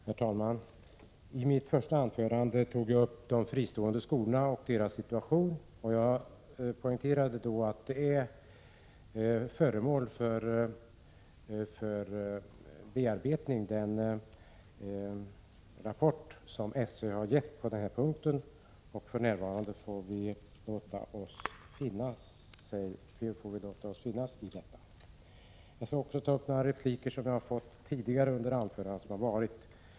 Herr talman! I mitt huvudanförande tog jag upp frågan om de fristående skolorna och deras situation. Jag poängterade då att den rapport som sÖ avgett är föremål för bearbetning. För närvarande får vi nöja oss med detta. Sedan vill jag kommentera några tidigare repliker.